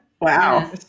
Wow